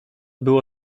było